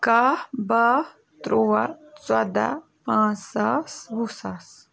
کاہ باہ تُرٛواہ ژۄداہ پانٛژھ ساس وُہ ساس